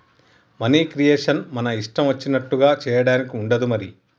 money creation మన ఇష్టం వచ్చినట్లుగా చేయడానికి ఉండదు మరి